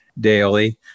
daily